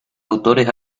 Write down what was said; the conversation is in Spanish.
autores